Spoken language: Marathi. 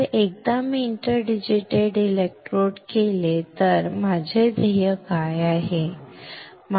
तर एकदा मी इंटरडिजिटेटेड इलेक्ट्रोड्स केले तर माझे ध्येय काय आहे